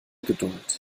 geduld